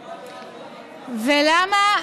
ולמה,